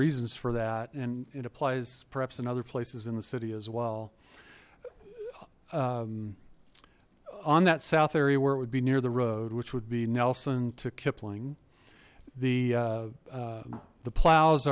reasons for that and it applies perhaps in other places in the city as well on that south area where it would be near the road which would be nelson to kipling the the plows